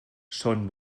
són